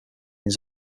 his